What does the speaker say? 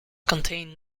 contained